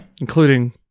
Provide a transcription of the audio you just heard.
Including